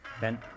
Ben